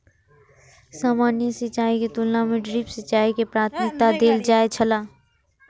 सामान्य सिंचाई के तुलना में ड्रिप सिंचाई के प्राथमिकता देल जाय छला